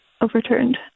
overturned